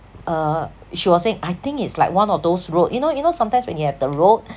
uh she was saying I think it's like one of those road you know you know sometimes when you have the road